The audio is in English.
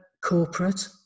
corporate